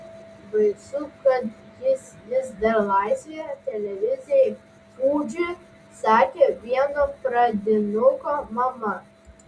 baisu kad jis vis dar laisvėje televizijai fuji sakė vieno pradinuko mama